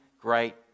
great